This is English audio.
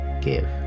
give